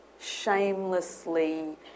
shamelessly